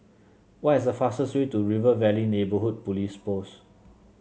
what is the fastest way to River Valley Neighbourhood Police Post